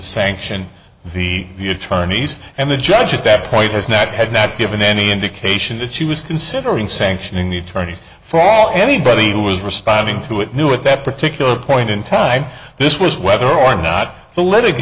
sanction v the attorneys and the judge at that point has not had not given any indication that she was considering sanctioning the attorneys for anybody who was responding to it knew at that particular point in time this was whether or not